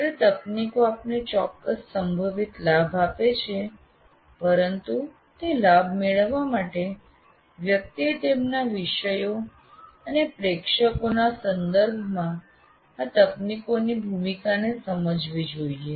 જ્યારે તકનીકો આપને ચોક્કસ સંભવિત લાભ આપે છે પરંતુ તે લાભ મેળવવા માટે વ્યક્તિએ તેમના વિષયો અને પ્રેક્ષકોના સંદર્ભમાં આ તકનીકોની ભૂમિકાને સમજવી જોઈએ